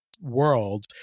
world